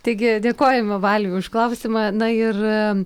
taigi dėkojame valiui už klausimą na ir